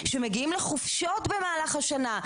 שמגיעים לחופשות במהלך השנה,